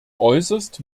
äußerst